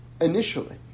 initially